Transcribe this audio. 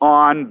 on